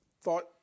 thought